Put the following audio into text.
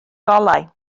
golau